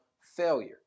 failure